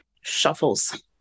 shuffles